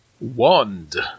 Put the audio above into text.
Wand